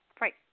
Right